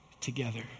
together